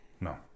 No